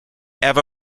eva